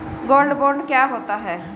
Gold bond क्या होता है?